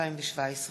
התשע"ז 2017,